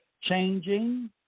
changing